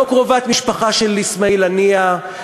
לא קרובת משפחה של אסמאעיל הנייה,